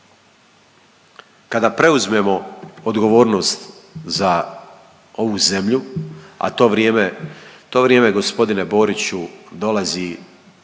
Kada preuzmemo odgovornost za ovu zemlju, a to vrijeme gospodine Boriću dolazi